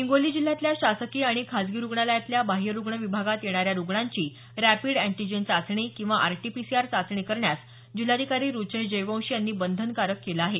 हिंगोली जिल्ह्यातल्या शासकीय आणि खाजगी रुग्णालयातल्या बाह्यरुग्ण विभागात येणाऱ्या रुग्णांची रॅपिड अँटीजन चाचणी किंवा आरटीपीसीआर चाचणी करण्यास जिल्हाधिकारी रुचेश जयवंशी यांनी बंधनकारक केलं आहे